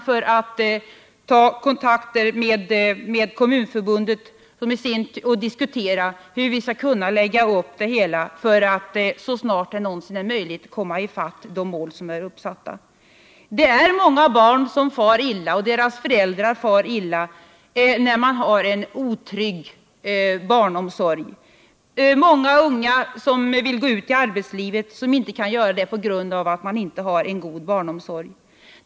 Jag skall ta kontakter med Kommunförbundet och diskutera hur vi skall lägga upp det hela för att så snart det någonsin är möjligt nå uppsatta mål. Det är många barn som far illa, och deras föräldrar far illa när man har en otrygg barnomsorg. Många unga som vill gå ut i arbetslivet kan inte göra det på grund av att de inte får en god omsorg för sina barn.